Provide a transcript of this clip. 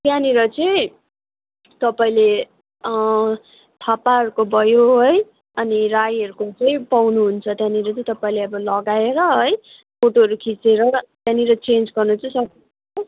त्यहाँनिर चाहिँ तपाईँले थापाहरूको भयो है अनि राईहरूको चाहिँ पाउनुहुन्छ त्यहाँनिर चाहिँ तपाईँले अब लगाएर है फोटोहरू खिचेर त्यहाँनिर चेन्ज गर्न चाहिँ सकिन्छ